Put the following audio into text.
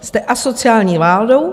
Jste asociální vládou.